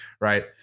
right